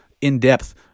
in-depth